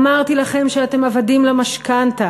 אמרתי לכם שאתם עבדים למשכנתה,